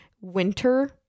winter